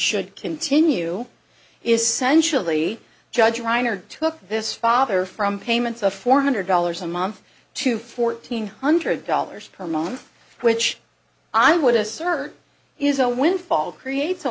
should continue is sensually judge reiner took this father from payments of four hundred dollars a month to fourteen hundred dollars per month which i would assert is a windfall creates a